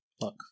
Look